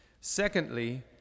Secondly